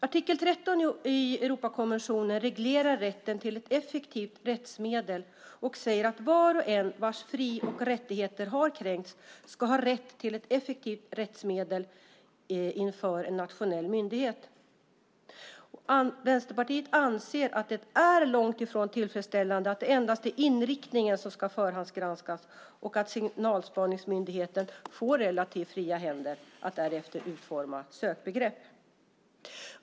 Artikel 13 i Europakonventionen reglerar rätten till ett effektivt rättsmedel och säger att var och en vars fri och rättigheter har kränkts ska ha rätt till ett effektivt rättsmedel inför en nationell myndighet. Vänsterpartiet anser att det är långtifrån tillfredsställande att det endast är inriktningen som ska förhandsgranskas och att signalspaningsmyndigheten får relativt fria händer att därefter utforma sökbegrepp.